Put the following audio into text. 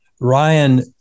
Ryan